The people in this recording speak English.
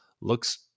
looks